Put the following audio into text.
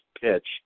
pitch